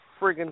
friggin